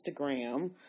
Instagram